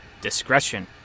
Discretion